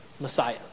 Messiah